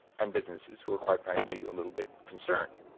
and businesses, who are, quite frankly, a little bit concerned.